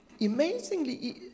amazingly